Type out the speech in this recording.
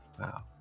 Wow